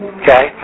okay